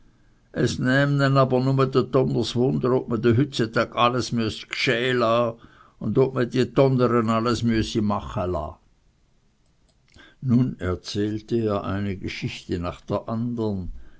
die d alles müeß lah mache nun erzählte er eine geschichte nach der andern